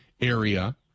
area